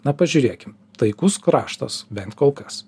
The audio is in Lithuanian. na pažiūrėkim taikus kraštas bent kol kas